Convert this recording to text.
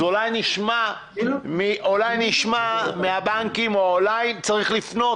אז אולי נשמע מהבנקים או אולי צריך לפנות,